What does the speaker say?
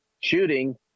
shooting